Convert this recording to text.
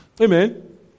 Amen